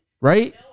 right